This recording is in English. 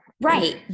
Right